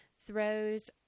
throws